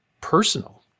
personal